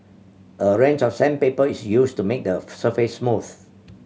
a range of sandpaper is used to make the surface smooth